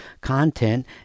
content